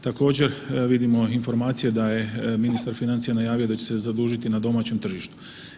Također vidimo informacije da je ministar financija najavio da će se zadužiti na domaćem tržištu.